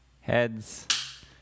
Heads